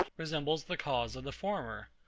resembles the cause of the former.